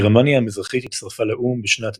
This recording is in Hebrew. גרמניה המזרחית הצטרפה לאו"ם בשנת